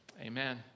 Amen